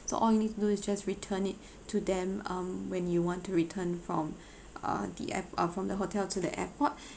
so all you need to do is just return it to them um when you want to return from uh the airp~ uh from the hotel to the airport